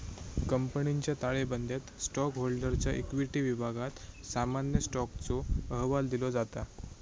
कंपनीच्या ताळेबंदयात स्टॉकहोल्डरच्या इक्विटी विभागात सामान्य स्टॉकचो अहवाल दिलो जाता